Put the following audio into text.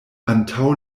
antaŭ